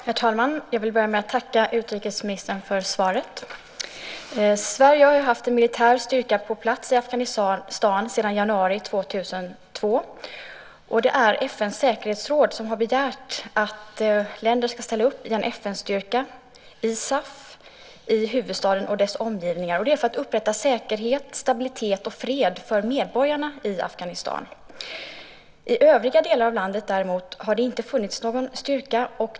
Herr talman! Jag vill tacka utrikesministern för svaret. Sverige har haft en militär styrka på plats i Afghanistan sedan januari 2002. Det är FN:s säkerhetsråd som har begärt att länder ska ställa upp i en FN-styrka, ISAF, i huvudstaden och dess omgivningar. Det är för att upprätta säkerhet, stabilitet och fred för medborgarna i Afghanistan. I övriga delar av landet däremot har det inte funnits någon styrka.